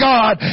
God